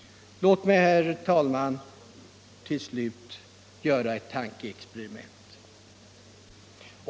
Låt mig till slut, herr talman, göra ett tankeexperiment.